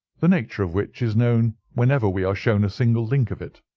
the nature of which is known whenever we are shown a single link of it.